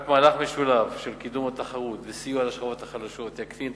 רק מהלך משולב של קידום התחרות וסיוע לשכבות החלשות יקטין את